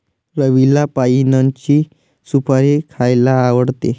रवीला पाइनची सुपारी खायला आवडते